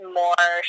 more